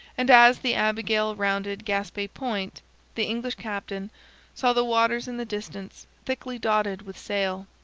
and as the abigail rounded gaspe point the english captain saw the waters in the distance thickly dotted with sail.